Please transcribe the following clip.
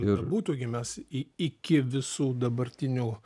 ir būtų gimęs į iki visų dabartinių